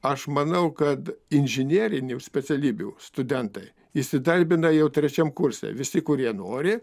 aš manau kad inžinerinių specialybių studentai įsidarbina jau trečiam kurse visi kurie nori